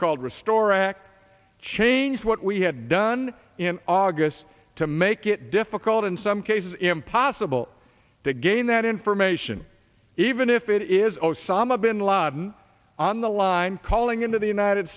called restore act changed what we had done in august to make it difficult in some cases impossible to gain that information even if it is osama bin laden on the line calling into the united